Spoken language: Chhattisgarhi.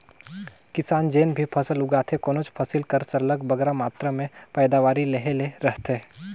किसान जेन भी फसल उगाथे कोनोच फसिल कर सरलग बगरा मातरा में पएदावारी लेहे ले रहथे